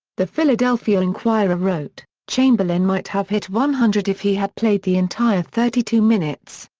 the philadelphia inquirer wrote, chamberlain might have hit one hundred if he had played the entire thirty two minutes.